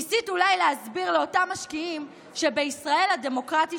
ניסית אולי להסביר לאותם משקיעים שבישראל הדמוקרטית